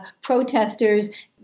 protesters